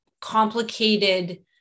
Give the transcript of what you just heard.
complicated